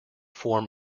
form